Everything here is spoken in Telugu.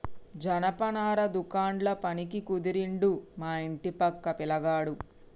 జనపనార దుకాండ్ల పనికి కుదిరిండు మా ఇంటి పక్క పిలగాడు